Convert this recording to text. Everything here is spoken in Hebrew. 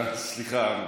סליחה.